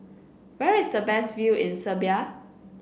where is the best view in Serbia